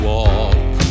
Walk